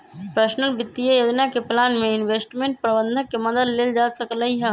personal वित्तीय योजना के प्लान में इंवेस्टमेंट परबंधक के मदद लेल जा सकलई ह